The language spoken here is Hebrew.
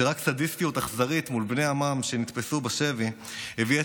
שרק סדיסטיות אכזרית מול בני עמן שנתפסו בשבי הביאה